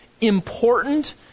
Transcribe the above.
important